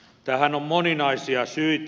tähän on moninaisia syitä